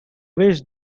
wish